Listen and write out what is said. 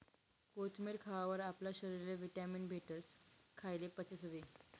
कोथमेर खावावर आपला शरीरले व्हिटॅमीन भेटस, खायेल पचसबी